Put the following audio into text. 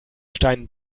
stein